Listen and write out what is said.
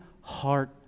heart